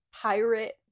pirate